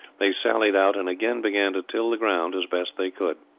they sallied out and again began to till the ground as best they could.